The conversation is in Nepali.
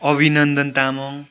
अभिनन्दन तामाङ